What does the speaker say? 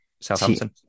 Southampton